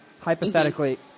hypothetically